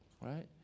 right